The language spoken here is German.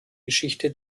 geschichte